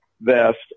vest